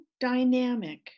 dynamic